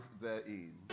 therein